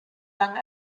lang